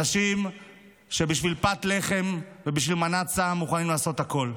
אנשים שבשביל פת לחם ובשביל מנת סם מוכנים לעשות הכול.